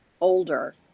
older